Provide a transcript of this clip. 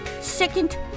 Second